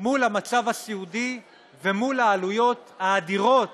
מול המצב הסיעודי ומול העלויות האדירות